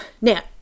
Now